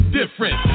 different